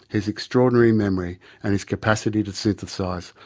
his extraordinary memory and his capacity to synthesise,